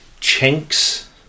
chinks